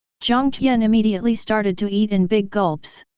jiang tian immediately started to eat in big gulps.